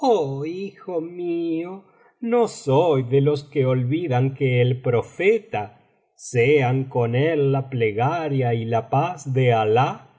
hijo mío no soy de los que olvidan que el profeta sean con él la plegaria y la paz de alah